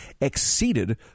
exceeded